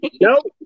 Nope